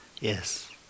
Yes